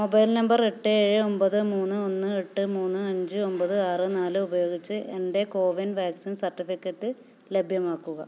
mobile number എട്ട് ഏഴ് ഒമ്പത് മൂന്ന് ഒന്ന് എട്ട് മുന്ന് അഞ്ച് ഒമ്പത് ആറ് നാല് ഉപയോഗിച്ച് എൻ്റെ കോവിൻ വാക്സിൻ സർട്ടിഫിക്കറ്റ് ലഭ്യമാക്കുക